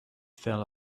fell